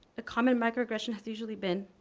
the common microaggression has usually been,